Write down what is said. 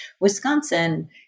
Wisconsin